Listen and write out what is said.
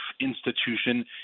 institution